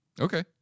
Okay